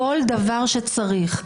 כל דבר שצריך,